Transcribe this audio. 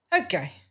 okay